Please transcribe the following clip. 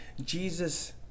Jesus